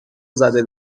زده